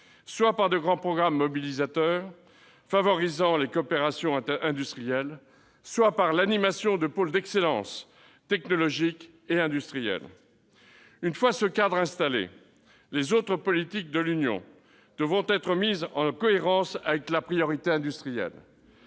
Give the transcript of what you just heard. soit par de grands programmes mobilisateurs favorisant les coopérations industrielles, soit par l'animation de pôles d'excellence technologique et industrielle. Une fois ce cadre établi, les autres politiques de l'Union européenne devront être mises en cohérence avec la priorité industrielle.